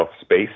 space